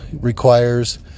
requires